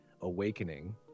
Awakening